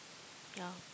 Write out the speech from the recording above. ya